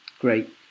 Great